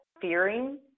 fearing